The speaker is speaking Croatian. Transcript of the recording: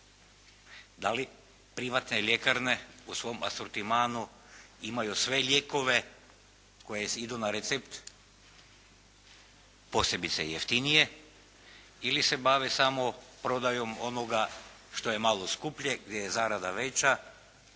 Da li privatne ljekarne u svom asortimanu imaju sve lijekove koji idu na recept, posebice jeftinije ili se bave samo prodajom onoga što je malo skuplje, gdje je zarada veća,